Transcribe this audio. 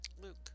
Luke